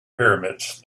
pyramids